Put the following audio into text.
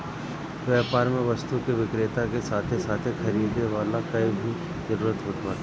व्यापार में वस्तु के विक्रेता के साथे साथे खरीदे वाला कअ भी जरुरत होत बाटे